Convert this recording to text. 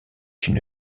une